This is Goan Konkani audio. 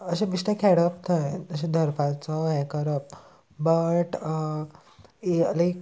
अशें बिश्टें खेळप थंय अशें धरपाचो हें करप बट एक लायक